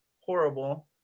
horrible